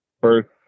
First